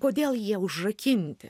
kodėl jie užrakinti